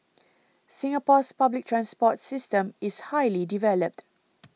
Singapore's public transport system is highly developed